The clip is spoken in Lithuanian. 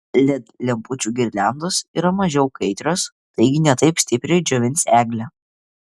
led lempučių girliandos yra mažiau kaitrios taigi ne taip stipriai džiovins eglę